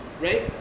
Right